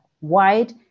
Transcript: wide